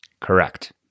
Correct